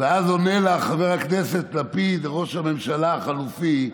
אז עונה לה חבר הכנסת לפיד, ראש הממשלה החליפי,